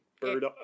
bird